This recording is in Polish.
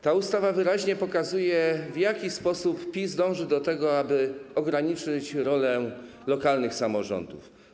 Ta ustawa wyraźnie pokazuje, w jaki sposób PiS dąży do tego, aby ograniczyć rolę lokalnych samorządów.